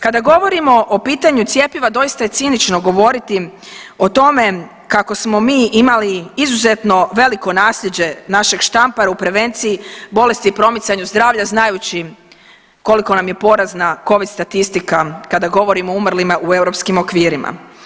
Kada govorimo o pitanju cjepiva doista je cinično govoriti o tome kako smo mi imali izuzetno veliko nasljeđe našeg Štampara u prevenciji bolesti i promicanju zdravlja znajući koliko nam je porazna covid statistika kada govorimo o umrlima u europskim okvirima.